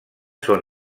són